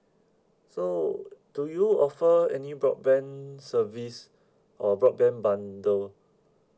so do you offer any broadband service or broadband bundle